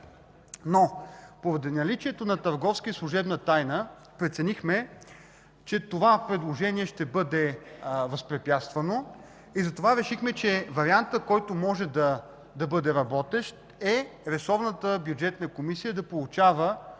поради наличието на търговска и служебна тайна преценихме, че това предложение ще бъде възпрепятствано и затова решихме, че вариантът, който може да бъде работещ, е ресорната Бюджетна комисия да получава